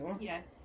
Yes